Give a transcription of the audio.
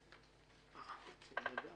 אין תקנה 4 לתקנות הטיס (רישיונות לעובדי טיס),